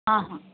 हां हां